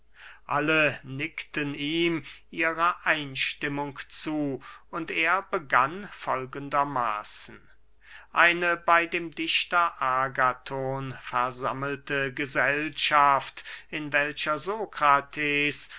alle nickten ihm ihre einstimmung zu und er begann folgender maßen eine bey dem dichter agathon versammelte gesellschaft in welcher